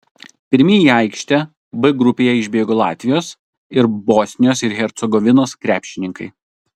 pirmi į aikštę b grupėje išbėgo latvijos ir bosnijos ir hercegovinos krepšininkai